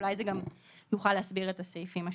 ואולי זה גם יוכל להסביר את הסעיפים השונים.